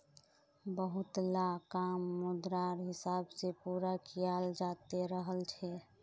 बहुतला काम मुद्रार हिसाब से पूरा कियाल जाते रहल छे